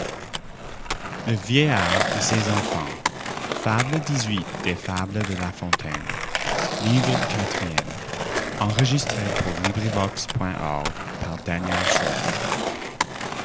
le laboureur et ses enfants de la montagne